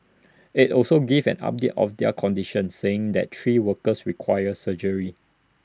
IT also gave an update of their condition saying that three workers required surgery